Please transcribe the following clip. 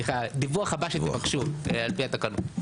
סליחה, הדיווח הבא שתבקשו על פי התקנות.